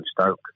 Stoke